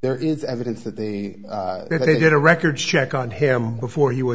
there is evidence that they did a record check on him before he was